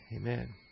Amen